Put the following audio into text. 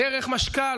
דרך משכ"ל,